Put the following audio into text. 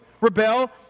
rebel